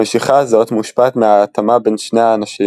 המשיכה הזאת מושפעת מההתאמה בין שני האנשים